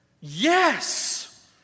Yes